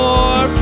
More